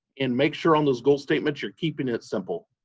and make sure on those goal statements you're keeping it simple.